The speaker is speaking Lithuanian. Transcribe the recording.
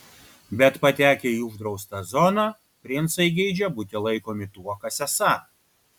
bet patekę į uždraustą zoną princai geidžia būti laikomi tuo kas esą